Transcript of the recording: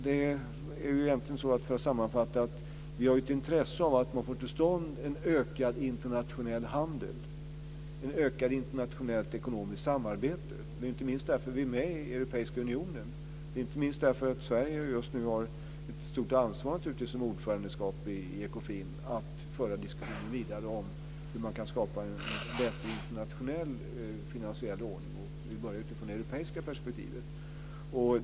Det är egentligen så, för att sammanfatta, att vi har ett intresse av att man får till stånd en ökad internationell handel, ett ökat internationellt ekonomiskt samarbete. Det är inte minst därför vi är med i Europeiska unionen. Sverige har just nu ett stort ansvar i och med ordförandeskapet i Ekofin för att föra vidare diskussionen om hur man kan skapa en vettig internationell finansiell ordning. Vi börjar utifrån det europeiska perspektivet.